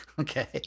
Okay